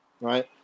right